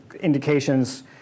indications